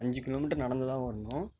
அஞ்சு கிலோமீட்டர் நடந்துதான் வரணும்